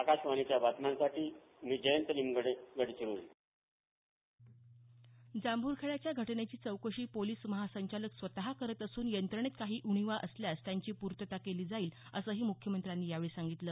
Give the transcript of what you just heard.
आकाशवाणी बातम्यांसाठी जयंत निमगडे जांभूरखेडाच्या घटनेची चौकशी पोलिस महासंचालक स्वत करत असून यंत्रणेत काही उणिवा असल्यास त्यांची पूर्तता केली जाईल असंही मुख्यमंत्र्यांनी यावेळी सांगितलं